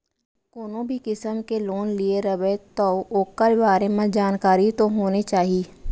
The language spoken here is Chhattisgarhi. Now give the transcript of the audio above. कोनो भी किसम के लोन लिये रबे तौ ओकर बारे म जानकारी तो होने चाही